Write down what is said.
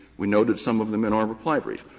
we noted some of them and our reply brief.